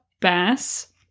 Bass